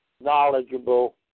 knowledgeable